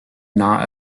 not